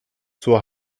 zur